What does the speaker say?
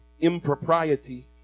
impropriety